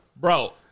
Bro